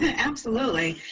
and absolutely.